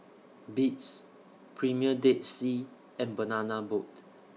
Beats Premier Dead Sea and Banana Boat